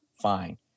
fine